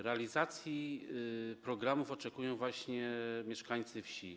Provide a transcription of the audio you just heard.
Realizacji programów oczekują właśnie mieszkańcy wsi.